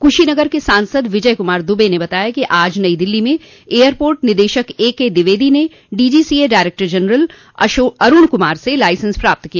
कुशीनगर के सांसद विजय कुमार दुबे ने बताया कि आज नई दिल्ली में एयरपोर्ट निदेशक एके द्विवेदी ने DGCA director general Arun Kumar से लाइसेंस प्राप्त किया